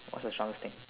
what's the strongest thing